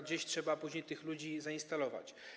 Gdzieś trzeba później tych ludzi zainstalować.